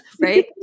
right